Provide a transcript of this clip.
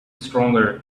stronger